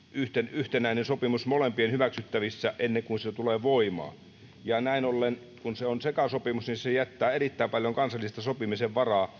yhtenäinen sopimus on molempien hyväksyttävissä ennen kuin se tulee voimaan näin ollen kun se on sekasopimus se jättää erittäin paljon kansallista sopimisen varaa